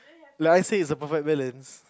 like I say is a perfect balance